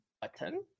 button